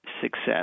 success